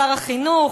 שר החינוך,